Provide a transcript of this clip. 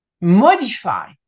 modify